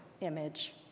image